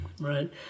right